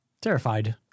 Terrified